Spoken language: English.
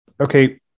okay